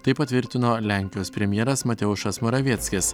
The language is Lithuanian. tai patvirtino lenkijos premjeras mateušas moravieckis